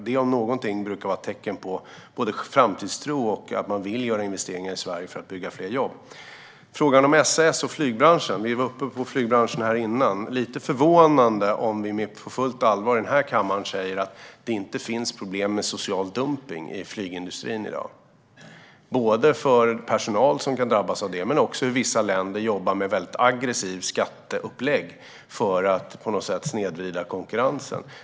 Det om någonting brukar vara ett tecken på att det finns både framtidstro och att man vill göra investeringar i Sverige för att skapa fler jobb. När det gäller frågan om SAS och flygbranschen togs flygbranschen upp här tidigare. Det är lite förvånande om vi på fullt allvar i denna kammare säger att det inte finns problem med social dumpning i flygindustrin i dag. Personal kan drabbas av det, men vissa länder jobbar också med mycket aggressiva skatteupplägg för att snedvrida konkurrensen.